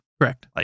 Correct